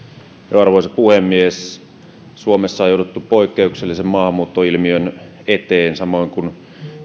arvoisa puhemies suomessa on jouduttu poikkeuksellisen maahanmuuttoilmiön eteen samoin kuin